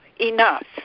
enough